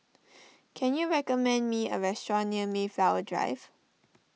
can you recommend me a restaurant near Mayflower Drive